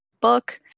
book